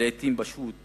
ולעתים הוא פשוט